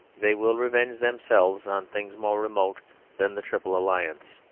they will revenge themselves on things more remote than the triple alliance.